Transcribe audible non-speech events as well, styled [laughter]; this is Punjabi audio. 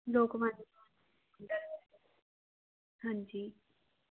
[unintelligible] ਹਾਂਜੀ